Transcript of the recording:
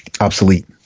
obsolete